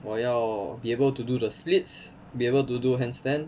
我要 be able to do the splits be able to do hand stand